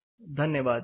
Thank you धन्यवाद